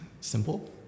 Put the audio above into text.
simple